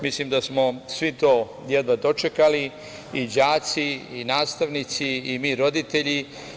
Mislim da smo svi to jedva dočekali i đaci, i nastavnici, i mi roditelji.